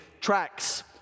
tracks